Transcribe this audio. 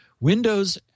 Windows